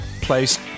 place